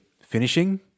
finishing